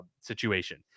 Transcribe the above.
situation